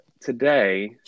today